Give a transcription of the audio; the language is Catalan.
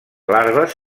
larves